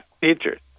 features